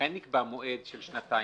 לכן נקבע מועד של שנתיים.